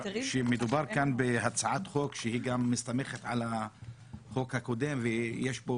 שמדובר כאן בהצעת חוק שהיא גם מסתמכת על החוק הקודם ויש פה